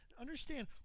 Understand